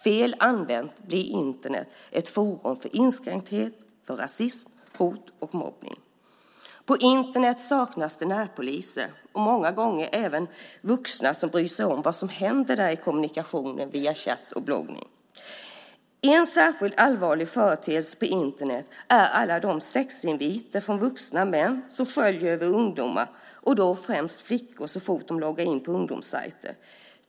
Fel använt blir Internet ett forum för inskränkthet, rasism, hot och mobbning. På Internet saknas det närpoliser och många gånger även vuxna som bryr sig om vad som händer i kommunikationen via chatt och bloggning. En särskilt allvarlig företeelse på Internet är alla de sexinviter från vuxna män som sköljer över ungdomar och främst flickor så fort de loggar in på ungdomssajter.